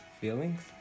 Feelings